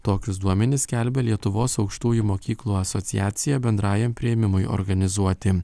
tokius duomenis skelbia lietuvos aukštųjų mokyklų asociacija bendrajam priėmimui organizuoti